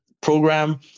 program